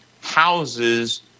houses